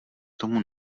tomu